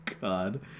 God